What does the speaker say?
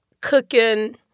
cooking